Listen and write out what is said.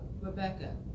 Rebecca